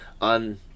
on